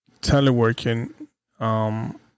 teleworking